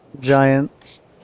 Giants